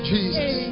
Jesus